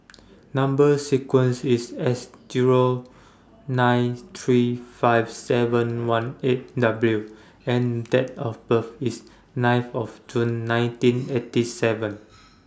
Number sequence IS S Zero nine three five seven one eight W and Date of birth IS ninth of June nineteen eighty seven